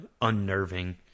unnerving